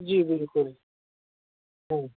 جی بالکل